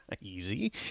easy